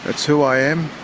it's who i am,